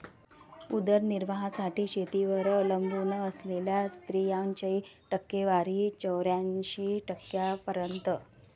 उदरनिर्वाहासाठी शेतीवर अवलंबून असलेल्या स्त्रियांची टक्केवारी चौऱ्याऐंशी टक्क्यांपर्यंत